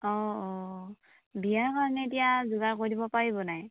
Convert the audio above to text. অ অ বিয়া কাৰণে এতিয়া যোগাৰ কৰি দিব পাৰিব নাই